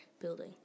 building